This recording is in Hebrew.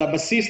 הבסיס,